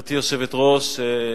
גברתי היושבת-ראש,